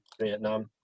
Vietnam